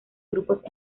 grupos